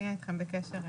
נהיה אתכם בקשר.